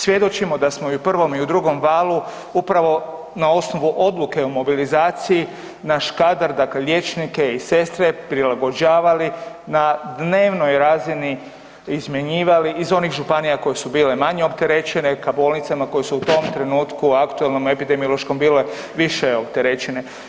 Svjedočimo da smo i u prvom i u drugom valu upravo na osnovu odluke o mobilizaciji naš kadar, dakle liječnike i sestre prilagođavali na dnevnoj razini, izmjenjivali iz onih županija koje su bile manje opterećena ka bolnicama koje su u tom trenutku u aktualnom epidemiološkom bile više opterećene.